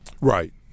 Right